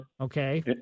Okay